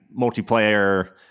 multiplayer